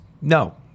no